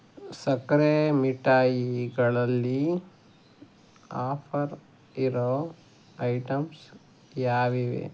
ಸಕ್ಕರೆ ಮಿಠಾಯಿಗಳಲ್ಲಿ ಆಫರ್ ಇರೋ ಐಟಮ್ಸ್ ಯಾವಿವೆ